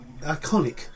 iconic